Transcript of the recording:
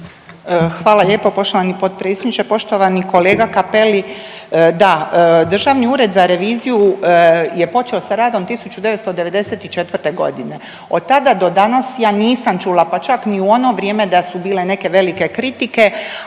Hvala lijepo poštovani potpredsjedniče. Poštovani kolega Cappeli, da Državni ured za reviziju je počeo sa radom 1994.g. od tada do danas ja nisam čula pa čak ni u ono vrijeme da su bile neke velike kritike,